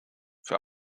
für